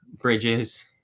Bridges